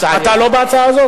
לא, אני בהצעה, אתה לא בהצעה הזו?